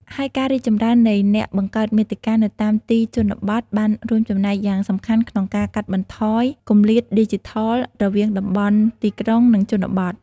ហើយការរីកចម្រើននៃអ្នកបង្កើតមាតិកានៅតាមទីជនបទបានរួមចំណែកយ៉ាងសំខាន់ក្នុងការកាត់បន្ថយគម្លាតឌីជីថលរវាងតំបន់ទីក្រុង និងជនបទ។